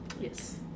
Yes